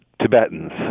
Tibetans